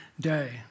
day